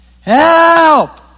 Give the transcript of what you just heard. Help